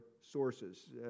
sources